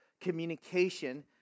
communication